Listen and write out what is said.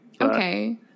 okay